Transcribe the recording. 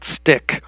stick